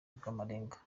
rw’amarenga